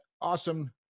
awesome